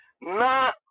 Na